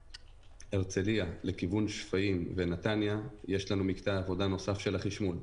ומהרצליה לכיוון שפיים ונתניה יש לנו מקטע עבודה נוסף של החשמול,